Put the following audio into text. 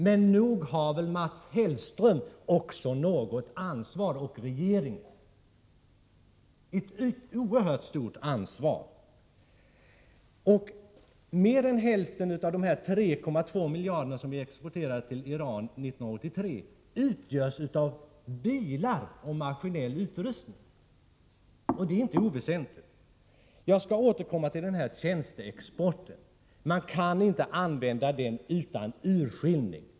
Men nog har väl Mats Hellström och regeringen också ett oerhört stort ansvar. Mer än hälften av exporten på 3,2 miljarder till Iran 1983 utgörs av bilar och maskinell utrustning — det är inte oväsentligt. Jag skall återkomma till tjänsteexporten. Man kan inte låta den ske utan urskillning.